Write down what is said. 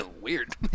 weird